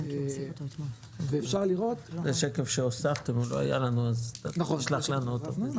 זה שקף שהוספתם שלא היה לנו אז תשלח לנו אותו.